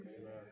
Amen